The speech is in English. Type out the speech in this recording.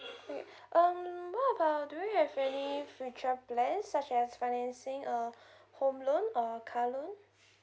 wait um what about do you have any future plan such as financing a home loan or car loan